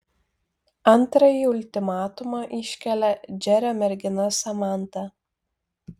antrąjį ultimatumą iškelia džerio mergina samanta